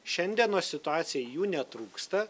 šiandienos situacija jų netrūksta